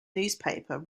newspaper